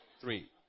three